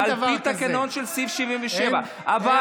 על פי התקנון, סעיף 77. אבל